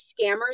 scammers